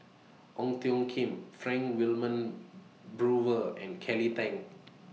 Ong Tjoe Kim Frank Wilmin Brewer and Kelly Tang